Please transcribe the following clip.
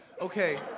Okay